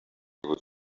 would